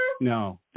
No